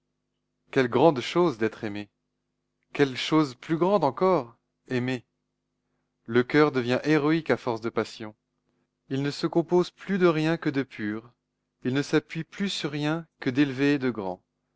quelle grande chose être aimé quelle chose plus grande encore aimer le coeur devient héroïque à force de passion il ne se compose plus de rien que de pur il ne s'appuie plus sur rien que d'élevé et de grand